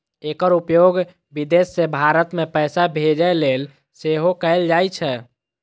एकर उपयोग विदेश सं भारत मे पैसा भेजै लेल सेहो कैल जाइ छै